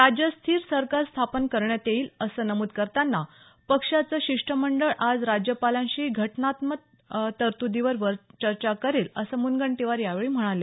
राज्यात स्थिर सरकार स्थापन करण्यात येईल असं नमुद करताना पक्षाचं शिष्टमंडळ आज राज्यपालांशी घटनात्मक तरतुदींवर चर्चा करेल असं मुनगंटीवार यावेळी म्हणाले